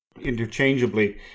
interchangeably